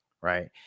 right